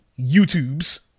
YouTubes